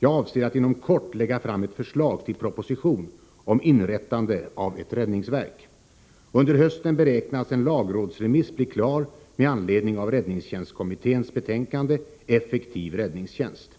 Jag avser att inom kort lägga fram ett förslag till proposition om inrättande av ett räddningsverk. Under hösten beräknas en lagrådsremiss bli klar med anledning av räddningstjänstkommitténs betänkande Effektiv räddningstjänst.